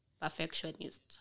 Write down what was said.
perfectionist